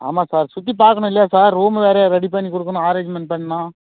ஆமாம் சார் சுற்றி பார்க்கணும் இல்லையா சார் ரூம் வேறு ரெடி பண்ணி கொடுக்குணும் ஆரேஞ்மெண்ட் பண்ணும்